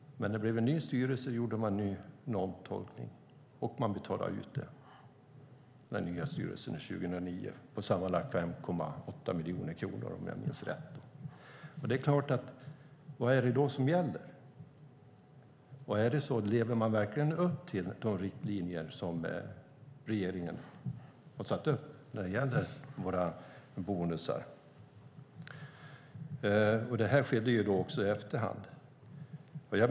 Det blev dock en ny styrelse, och den nya styrelsen gjorde en omtolkning och betalade ut dem 2009. Det var sammanlagt 5,8 miljoner kronor, om jag minns rätt. Vad är det då som gäller? Lever man verkligen upp till de riktlinjer som regeringen har satt upp när det gäller bonusar? Detta skedde i efterhand.